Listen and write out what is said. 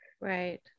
Right